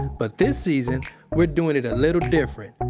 but this season, we're doing it a little different.